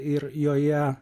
ir joje